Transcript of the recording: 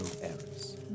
errors